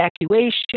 evacuation